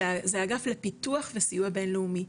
שזה אגף לפיתוח וסיוע בינלאומי.